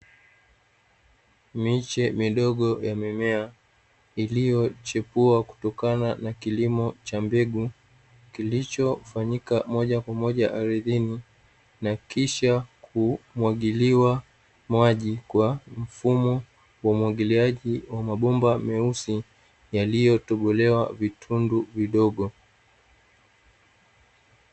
Miche midogo ya mimea iliyochipua kutokana na kilimo cha mbegu kilichofanyika moja kwa moja ardhini na kisha kumwagiliwa maji kwa mfumo wa umwagiliaji wa mabomba meusi yaliyotobolewa vitundu vidogo.